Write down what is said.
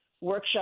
workshop